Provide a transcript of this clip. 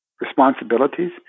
responsibilities